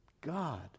God